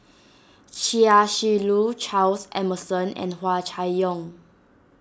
Chia Shi Lu Charles Emmerson and Hua Chai Yong